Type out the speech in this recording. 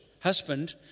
husband